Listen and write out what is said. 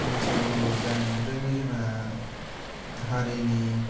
बैसागु जानायनिफ्रायनो जोंहा हारिनि